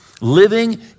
living